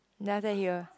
then after that he will